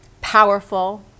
Powerful